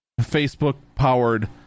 Facebook-powered